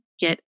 get